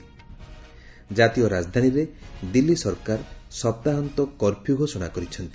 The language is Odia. ଜାତୀୟ ରାଜଧାନୀରେ ଦିଲ୍ଲୀ ସରକାର ସପ୍ତାହାନ୍ତ କର୍ଫ୍ୟ ଘୋଷଣା କରିଚ୍ଛନ୍ତି